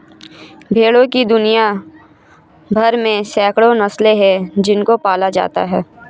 भेड़ों की दुनिया भर में सैकड़ों नस्लें हैं जिनको पाला जाता है